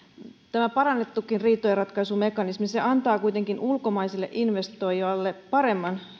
tämä parannettukin riitojenratkaisumekanismi antaa kuitenkin ulkomaiselle investoijalle paremman